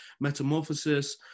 metamorphosis